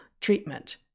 treatment